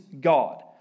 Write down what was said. God